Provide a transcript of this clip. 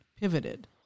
pivoted